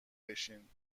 بشین